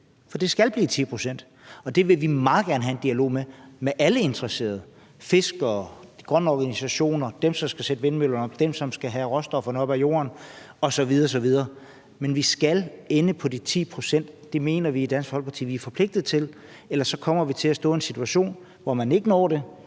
for det skal blive 10 pct., og det vil vi meget gerne have en dialog om med alle interesserede – fiskere; de grønne organisationer; dem, som skal sætte vindmøllerne op; dem, som skal have råstofferne op af jorden osv. osv. Men vi skal ende på de 10 pct. Det mener vi i Dansk Folkeparti vi er forpligtet til, ellers kommer vi til at stå i en situation, hvor man ikke når det,